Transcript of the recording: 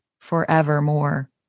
forevermore